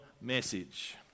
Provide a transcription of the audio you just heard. message